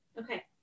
Okay